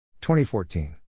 2014